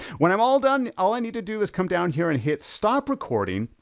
when i'm all done, all i need to do is come down here and hit stop recording,